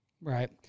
Right